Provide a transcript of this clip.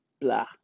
blah